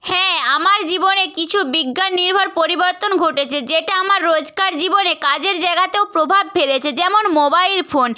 হ্যাঁ আমার জীবনে কিছু বিজ্ঞান নির্ভর পরিবর্তন ঘটেছে যেটা আমার রোজকার জীবনে কাজের জায়গাতেও প্রভাব ফেলেছে যেমন মোবাইল ফোন